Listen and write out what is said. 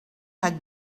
had